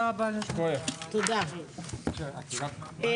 הישיבה ננעלה בשעה 13:16.